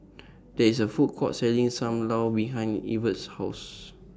There IS A Food Court Selling SAM Lau behind Evert's House